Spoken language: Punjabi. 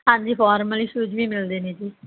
ਹਾਂਜੀ ਫੋਰਮਲੀ ਸ਼ੂਜ਼ ਵੀ ਮਿਲਦੇ ਨੇ ਜੀ